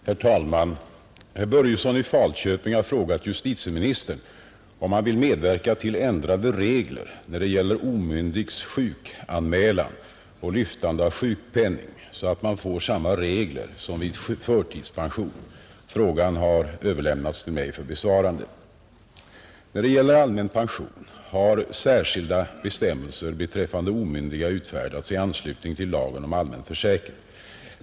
Herr talman! Herr Börjesson i Falköping har frågat justitieministern om han vill medverka till ändrade regler när det gäller omyndigs sjukanmälan och lyftande av sjukpenning så att man får samma regler som vid förtidspension. Frågan har överlämnats till mig för besvarande. När det gäller allmän pension har särskilda bestämmelser beträffande omyndiga utfärdats i anslutning till lagen om allmän försäkring.